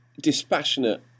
dispassionate